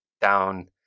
down